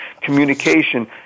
communication